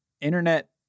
internet